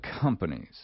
companies